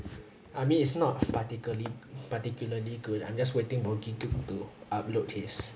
I mean it's not particu~ particularly good I'm just waiting for K-Tube to upload his